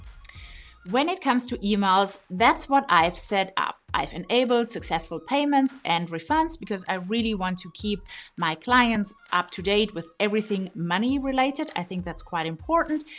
when it comes to emails that's what i set up. i've enabled successful payments and refunds because i really want to keep my clients up to date with everything money-related i think that's quite important.